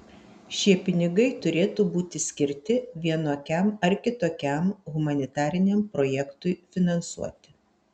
šie pinigai turėtų būti skirti vienokiam ar kitokiam humanitariniam projektui finansuoti